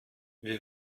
wie